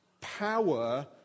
power